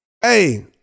Hey